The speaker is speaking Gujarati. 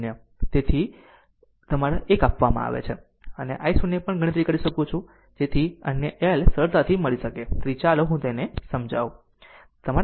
તેથી પછી અને તેમાંથી 1 આપવામાં આવે છે અને i 0 પણ ગણતરી કરું છું જેથી અન્ય 1 સરળતાથી મળી શકે તેથી ચાલો હું તેને સમજાવું